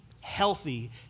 healthy